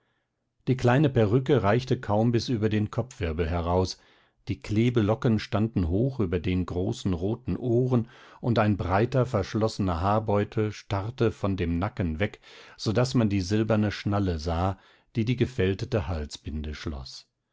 die kleine perücke reichte kaum bis über den kopfwirbel heraus die kleblocken standen hoch über den großen roten ohren und ein breiter verschlossener haarbeutel starrte von dem nacken weg so daß man die silberne schnalle sah die die gefältelte halsbinde schloß